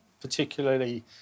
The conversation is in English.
particularly